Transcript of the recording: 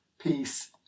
peace